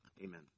amen